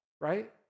right